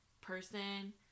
person